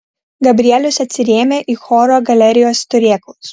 gabrielius atsirėmė į choro galerijos turėklus